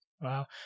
Wow